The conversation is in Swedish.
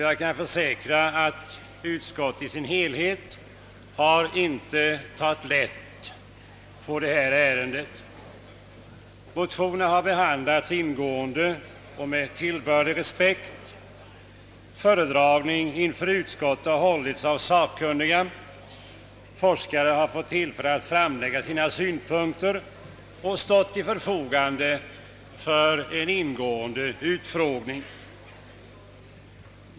Jag kan försäkra att utskottet i sin helhet inte har tagit lätt på ärendet. Motionerna har behandlats ingående och med tillbörlig respekt. Föredragning inför utskottet har hållits av sakkunniga, forskare har fått tillfälle att framlägga sina synpunkter och har stått till förfogande för en ingående utfrågning.